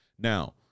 Now